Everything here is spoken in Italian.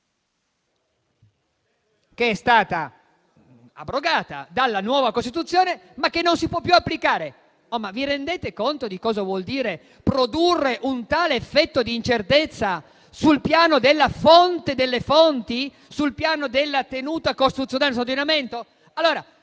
che è stata abrogata dalla nuova Costituzione, ma che non si può più applicare. Vi rendete conto di cosa vuol dire produrre un tale effetto di incertezza sul piano delle fonti e su quello della tenuta costituzionale e sull'ordinamento? Questo